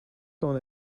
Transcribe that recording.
own